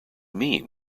mean